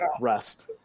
Rest